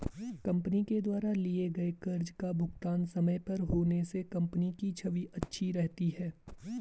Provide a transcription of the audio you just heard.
company के द्वारा लिए गए कर्ज का भुगतान समय पर होने से कंपनी की छवि अच्छी रहती है